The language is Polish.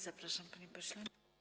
Zapraszam, panie pośle.